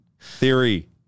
theory